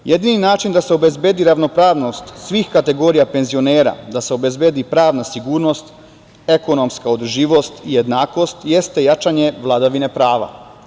Jedini način da se obezbedi ravnopravnost svih kategorija penzionera, da se obezbedi pravna sigurnost, ekonomska održivost i jednakost, jeste jačanje vladavine prava.